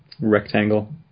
rectangle